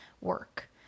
work